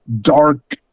dark